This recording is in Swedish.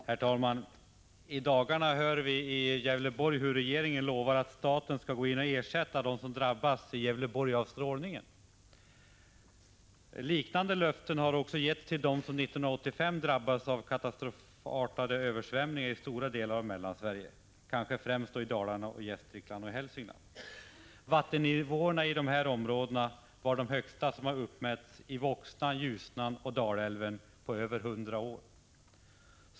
Herr talman! I dagarna har vi hört hur regeringen lovat att staten skall gå in och ersätta dem som i Gävleborgs län drabbas av strålning. Liknande löften har getts till dem som 1985 drabbades av katastrofartade översvämningar i stora delar av Mellansverige, kanske främst i Dalarna, Gästrikland och Hälsingland. Vattennivåerna var de högsta som uppmätts i Voxnan, Ljusnan och Dalälven på över 100 år.